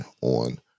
on